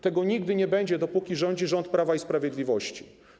Tego nigdy nie będzie, dopóki rządzi rząd Prawa i Sprawiedliwości.